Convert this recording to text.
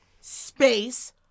space